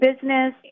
business